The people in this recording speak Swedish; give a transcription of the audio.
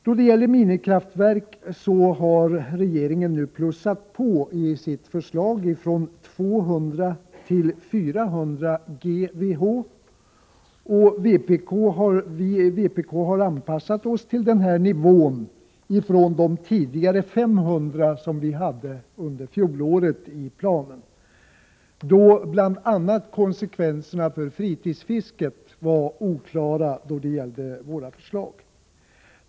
Då det gäller minikraftverk har regeringen nu i sitt förslag plussat på från 200 till 400 GWh, och vi i vpk har anpassat oss till denna nivå från de 500 GWh som vi hade i planen under fjolåret, eftersom bl.a. konsekvenserna för fritidsfisket var oklara då det gällde våra förslag.